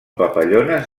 papallones